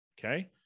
Okay